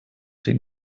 den